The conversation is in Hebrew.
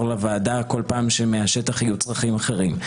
לוועדה בכל פעם שמהשטח יהיו צרכים אחרים,